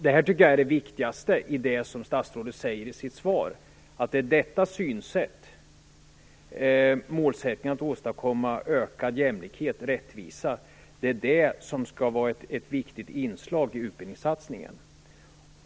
Det viktigaste i statsrådets svar är att detta synsätt, målsättningen att åstadkomma ökad jämlikhet och rättvisa, skall vara ett viktigt inslag i utbildningssatsningen.